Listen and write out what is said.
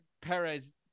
Perez